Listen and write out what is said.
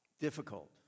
difficult